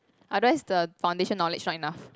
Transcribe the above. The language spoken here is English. otherwise the foundation knowledge not enough